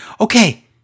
Okay